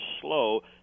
slow